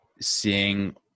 seeing